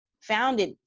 founded